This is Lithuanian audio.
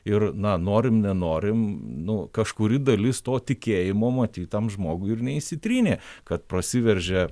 ir na norim nenorim nu kažkuri dalis to tikėjimo matyt tam žmogui ir neišsitrynė kad prasiveržia